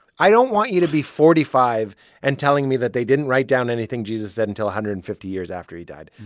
i don't want you to be forty five and telling me that they didn't write down anything jesus said until one hundred and fifty years after he died.